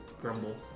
Grumble